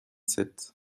sept